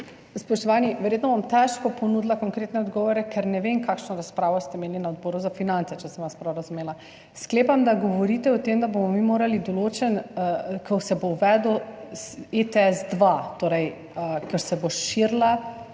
Spoštovani! Verjetno bom težko ponudila konkretne odgovore, ker ne vem, kakšno razpravo ste imeli na Odboru za finance, če sem vas prav razumela. Sklepam, da govorite o tem, da bomo mi morali določiti, ko se bo uvedel ETS 2, ker se bo širila